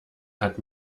hat